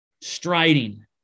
striding